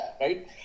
right